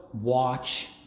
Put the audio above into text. watch